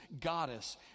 goddess